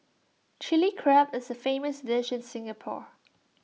Chilli Crab is A famous dish in Singapore